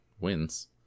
wins